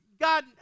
God